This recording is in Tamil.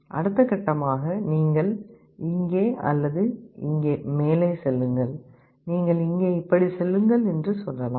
அடுத்த கட்டமாக நீங்கள் இங்கே அல்லது இங்கே மேலே செல்லுங்கள் நீங்கள் இங்கே இப்படி செல்லுங்கள் என்று சொல்லலாம்